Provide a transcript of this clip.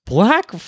Black